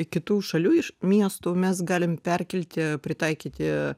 kitų šalių iš miestų mes galim perkelti pritaikyti